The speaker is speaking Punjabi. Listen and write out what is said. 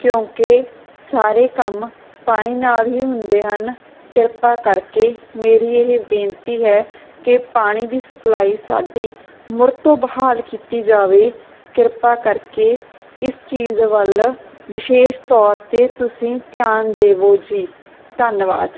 ਕਿਉਂਕਿ ਸਾਰੇ ਕੰਮ ਪਾਣੀ ਨਾਲ ਹੀ ਹੁੰਦੇ ਹਨ ਕਿਰਪਾ ਕਰਕੇ ਮੇਰੀ ਇਹ ਬੇਨਤੀ ਹੈ ਕਿ ਪਾਣੀ ਦੀ ਸਪਲਾਈ ਸਾਡੀ ਮੁੜ ਤੋਂ ਬਹਾਲ ਕੀਤੀ ਜਾਵੇ ਕਿਰਪਾ ਕਰਕੇ ਇਸ ਚੀਜ਼ ਵੱਲ ਵਿਸ਼ੇਸ਼ ਤੌਰ 'ਤੇ ਤੁਸੀਂ ਧਿਆਨ ਦੇਵੋ ਜੀ ਧੰਨਵਾਦ